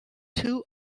two